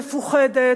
מפוחדת,